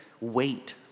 wait